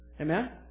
Amen